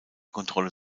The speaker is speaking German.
kontrolle